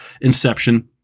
inception